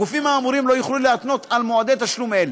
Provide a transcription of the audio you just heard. הגופים האמורים לא יוכלו להתנות על מועדי תשלום אלו.